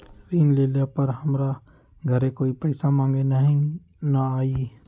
ऋण लेला पर हमरा घरे कोई पैसा मांगे नहीं न आई?